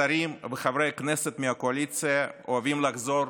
השרים וחברי הכנסת מהקואליציה אוהבים לחזור